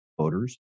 voters